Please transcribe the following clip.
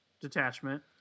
detachment